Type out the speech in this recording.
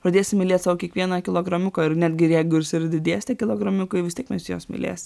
pradėsim mylėt savo kiekvieną kilogramiuką ir netgi ir jeigu ir didės tiek kilogramiukai vis tiek mes juos mylės